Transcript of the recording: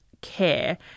care